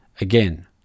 again